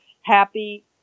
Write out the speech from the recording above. happy